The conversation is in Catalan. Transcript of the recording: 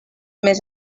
més